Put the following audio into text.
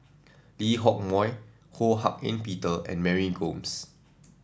Lee Hock Moh Ho Hak Ean Peter and Mary Gomes